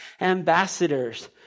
ambassadors